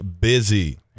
busy